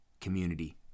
community